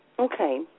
Okay